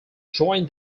joined